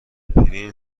پرینت